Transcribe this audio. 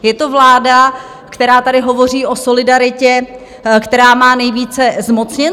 Je to vláda, která tady hovoří o solidaritě, která má nejvíce zmocněnců.